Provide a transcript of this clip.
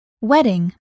Wedding